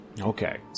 Okay